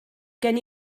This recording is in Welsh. gen